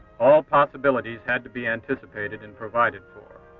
all possibilities had to be anticipated and provided for.